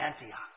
Antioch